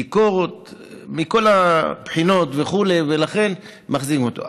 בדיקות מכל הבחינות, וכו' ולכן מחזיקים אותו.